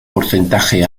porcentaje